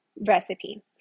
recipe